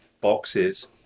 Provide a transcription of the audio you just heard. boxes